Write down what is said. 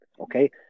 Okay